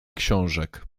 książek